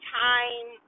time